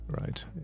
right